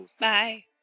Bye